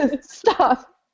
Stop